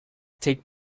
take